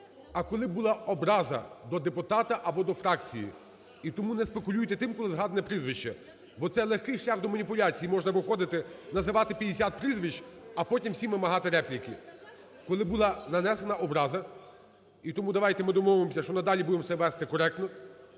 а коли була образа до депутата або до фракції. І тому не спекулюйте тим, коли згадано прізвище, бо це легкий шлях до маніпуляції, можна виходити називати 50 прізвищ, а потім всім вимагати репліки, коли була нанесена образа. І тому давайте ми домовимось, що надалі будем себе вести коректно,